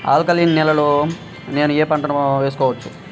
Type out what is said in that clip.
Alkaline నేలలో నేనూ ఏ పంటను వేసుకోవచ్చు?